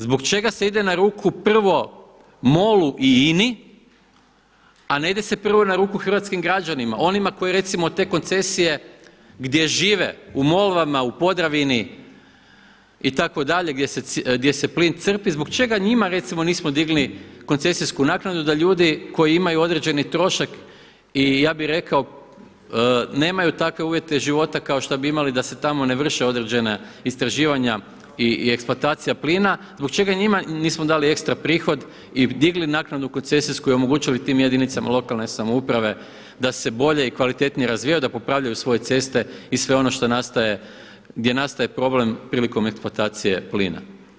Zbog čega se ide na ruku prvo MOL-u i INA-i a ne ide se prvo na ruku hrvatskim građanima onima koji recimo te koncesije gdje žive u Molvama, u Podravini itd. gdje se plin crpi, zbog čega njima recimo nismo digli koncesijsku naknadu da ljudi koji imaju određeni trošak i ja bih rekao nemaju takve uvjete života kao što bi imali da se tamo ne vrše određena istraživanja i eksploatacija plina, zbog čega njima nismo dali ekstra prihod i digli naknadu koncesijsku i omogućili tim jedinicama lokalne samouprave da se bolje i kvalitetnije razvijaju, da popravljaju svoje ceste i sve ono što nastaje, gdje nastaje problem prilikom eksploatacije plina.